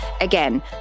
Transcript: Again